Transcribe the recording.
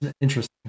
interesting